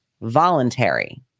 voluntary